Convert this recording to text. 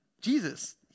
Jesus